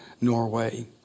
Norway